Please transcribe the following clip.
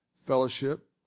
fellowship